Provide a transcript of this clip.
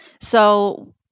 so-